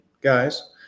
guys